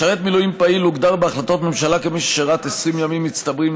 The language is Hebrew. משרת מילואים פעיל הוגדר בהחלטות ממשלה כמי ששירת 20 ימים מצטברים,